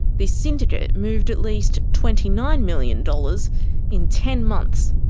this syndicate moved at least twenty nine million dollars in ten months.